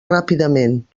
ràpidament